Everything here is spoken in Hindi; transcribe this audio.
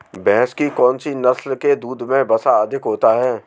भैंस की कौनसी नस्ल के दूध में वसा अधिक होती है?